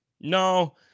No